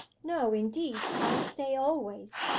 no indeed i'll stay always.